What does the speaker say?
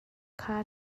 kha